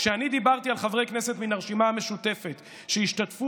כשאני דיברתי על חברי כנסת מן הרשימה המשותפת שהשתתפו